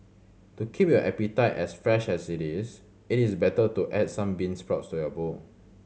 to keep your appetite as fresh as it is it is better to add some bean sprouts to your bowl